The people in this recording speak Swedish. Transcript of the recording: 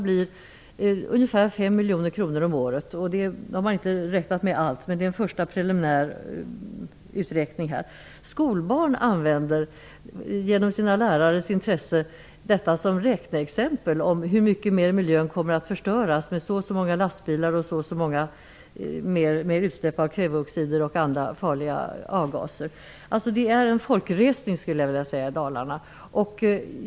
De blir ungefär 5 miljoner kronor om året. Det är de första preliminära uträkningarna. Lärarna har intresserat skolbarnen att använda dessa siffror som räkneexempel på hur mycket mer miljön kommer att förstöras med så och så många lastbilar, utsläpp av kvävedioxider och gaser. Det är fråga om en folkresning i Dalarna.